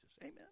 Amen